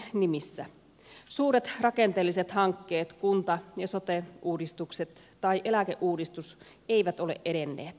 suuret rakenteelliset hankkeet kunta ja sote uudistukset tai eläkeuudistus eivät ole edenneet